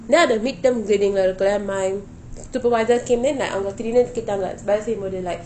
then அந்த midterm grading லாம் இருக்கே:lam irukkei my supervisor came then like அவங்க:avanka cleaner கேட்டாங்க:kettanga biology module